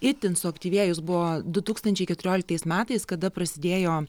itin suaktyvėjus buvo du tūkstančiai keturioliktais metais kada prasidėjo